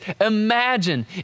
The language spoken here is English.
imagine